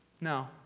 No